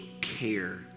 care